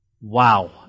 Wow